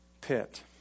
pit